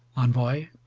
envoy.